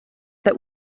that